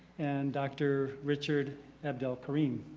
and dr. richard abdelkerim.